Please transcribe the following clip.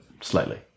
slightly